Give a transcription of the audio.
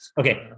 Okay